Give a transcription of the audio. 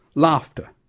laughter,